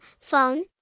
phone